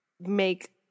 make